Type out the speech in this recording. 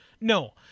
No